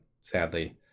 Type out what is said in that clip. sadly